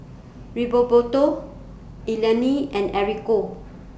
Rigoberto Eleni and Enrico